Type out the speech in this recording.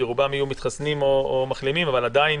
רובם יהיו מתחסנים או מחלימים אבל עדיין